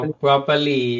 properly